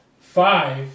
Five